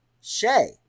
Shay